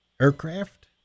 aircraft